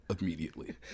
Immediately